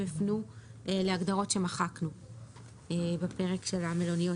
הפנו להגדרות שמחקנו בפרק של המלוניות,